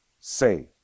say